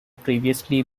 previously